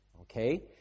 okay